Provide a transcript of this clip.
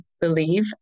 believe